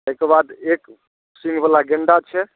ताहिके बाद एक सिङ्घ बला गेण्डा छै